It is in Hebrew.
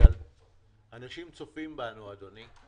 אנשים צופים בנו, אדוני.